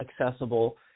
accessible